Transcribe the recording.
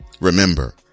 Remember